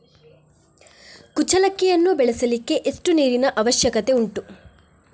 ಕುಚ್ಚಲಕ್ಕಿಯನ್ನು ಬೆಳೆಸಲಿಕ್ಕೆ ಎಷ್ಟು ನೀರಿನ ಅವಶ್ಯಕತೆ ಉಂಟು?